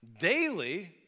daily